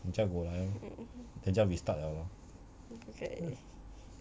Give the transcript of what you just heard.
mm okay